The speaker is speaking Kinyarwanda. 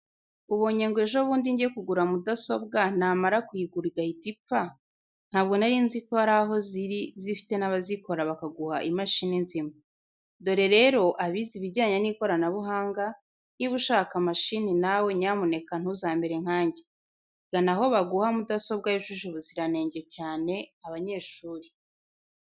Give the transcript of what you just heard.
Ubonye ngo ejobundi njye kugura mudasobwa namara kuyigura igahita ipfa, ntabwo narinzi ko hari aho ziri zifite n'abazikora bakaguha imashini nzima, dore rero abize ibijyanye n'ikoranabuhanga, niba ushaka mashini nawe nyamuneka ntuzamere nkanjye, gana aho baguha mudasobwa yujuje ubuziranenge cyane abanyeshuri.